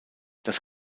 das